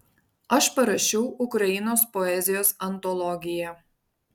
aš parašiau ukrainos poezijos antologiją